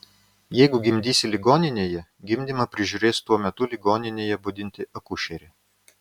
jeigu gimdysi ligoninėje gimdymą prižiūrės tuo metu ligoninėje budinti akušerė